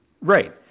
Right